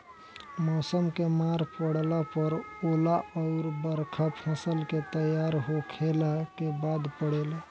मौसम के मार पड़ला पर ओला अउर बरखा फसल के तैयार होखला के बाद पड़ेला